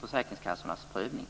försäkringskassornas prövning.